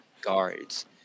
guards